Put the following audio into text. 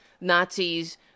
Nazis